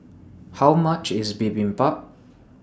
How much IS Bibimbap